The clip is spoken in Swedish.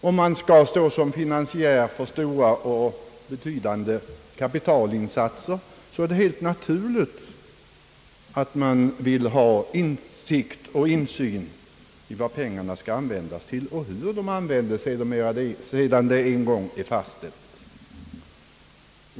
Om man skall stå som finansiär för stora och betydande kapitalinsatser, så är det helt naturligt att man vill ha insyn i vad pengarna skall användas till och hur de används sedan de en gång beviljats.